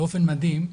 באופן מדהים,